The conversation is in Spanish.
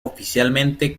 oficialmente